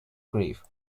grief